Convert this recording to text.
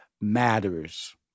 matters